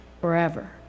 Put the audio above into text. Forever